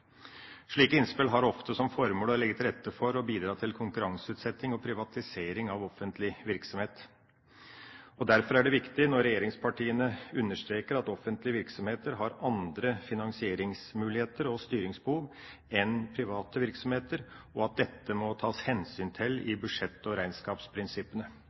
Slike innspill har ofte som formål å legge til rette for og bidra til konkurranseutsetting og privatisering av offentlig virksomhet, og derfor er det viktig når regjeringspartiene understreker at offentlige virksomheter har andre finansieringsmuligheter og styringsbehov enn private virksomheter, og at dette må tas hensyn til i budsjett- og regnskapsprinsippene.